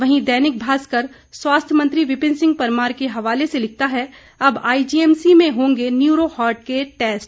वहीं दैनिक भास्कर स्वास्थ मंत्री विपिन सिंह परमार के हवाले से लिखता है अब आईजीएमसी में होंगे न्यूरो हार्ट के टैस्ट